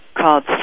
called